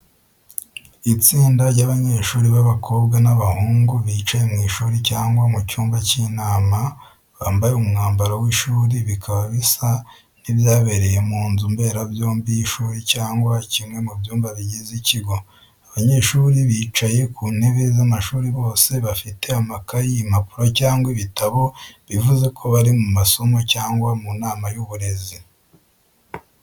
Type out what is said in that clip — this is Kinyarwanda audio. Itsinda ry'abanyeshuri b'abakobwa n'abahungu bicaye mu ishuri cyangwa mu cyumba cy'inama, bambaye umwambaro w’ishuri bikaba bisa n’ibyabereye mu nzu mbera byombi y'ishuri cyangwa kimwe mu byumba bigize ikigo. Abanyeshuri bicaye ku ntebe z’amashuri bose bafite amakayi, impapuro cyangwa ibitabo bivuze ko bari mu masomo cyangwa mu nama y’uburezi.